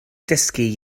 dysgu